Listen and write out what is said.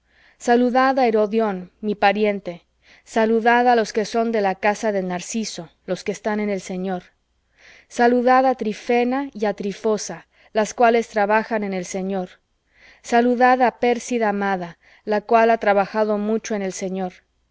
á herodión mi pariente saludad á los que son de narciso los que están en el señor saludad á trifena y á trifosa las cuales trabajan en el señor saludad á pérsida amada la cual ha trabajado mucho en el señor